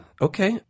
Okay